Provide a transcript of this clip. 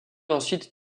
ensuite